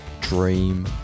dream